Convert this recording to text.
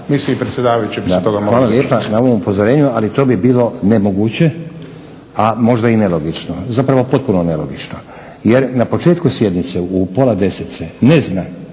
mislim i predsjedavajući bi se toga mogli držati. **Stazić, Nenad (SDP)** Hvala lijepa na ovom upozorenju, ali to bi bilo nemoguće a možda i nelogično. Zapravo, potpuno nelogično. Jer na početku sjednice u 9,30 se ne zna